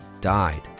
died